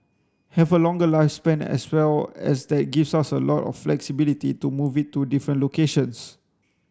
have a longer lifespan as well and that gives us a lot of flexibility to move it to different locations